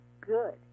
good